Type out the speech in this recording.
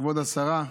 כבוד השרה,